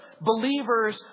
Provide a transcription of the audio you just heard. Believers